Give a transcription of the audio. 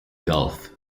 gulf